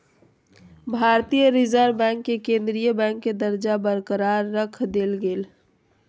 भारतीय reserve bank के केंद्रीय बैंक के दर्जा बरकरार रख देल गेलय